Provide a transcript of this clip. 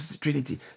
Trinity